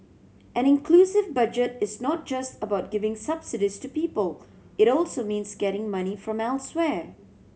an inclusive Budget is not just about giving subsidies to people it also means getting money from elsewhere